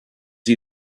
see